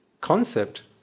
concept